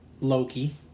Loki